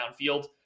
downfield